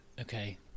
Okay